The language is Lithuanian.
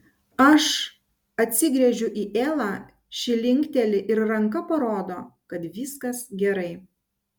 aš atsigręžiu į elą ši linkteli ir ranka parodo kad viskas gerai